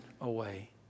away